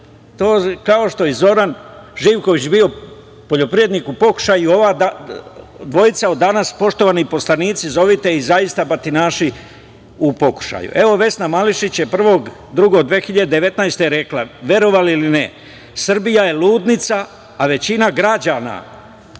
kao što je i Zoran Živković bio poljoprivrednik u pokušaju, ova dvojica od danas poštovani poslanici, zovite ih zaista batinaši u pokušaju. Evo, Vesna Mališić je 1. februara 2019. godine rekla, verovali ili ne – Srbija je ludnica, a većina građana